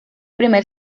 primer